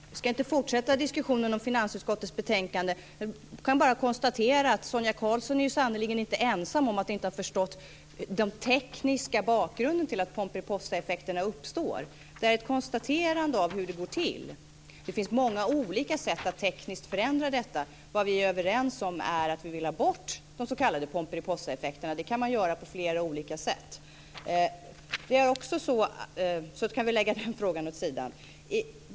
Fru talman! Jag ska inte fortsätta diskussionen om finansutskottets betänkande för i morgon, men jag kan konstatera att Sonia Karlsson sannerligen inte är ensam om att inte ha förstått den tekniska bakgrunden till att pomperipossaeffekterna uppstår. Det är ett konstaterande av hur det går till. Det finns många olika sätt att tekniskt förändra detta. Vi är överens om att vi vill ha bort de s.k. pomperipossaeffekterna. Det går att göra på flera olika sätt. Så kan vi lägga den frågan åt sidan.